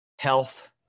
health